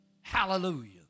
Hallelujah